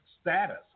status